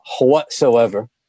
whatsoever